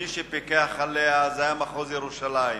ומי שפיקח עליה היה מחוז ירושלים,